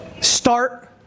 Start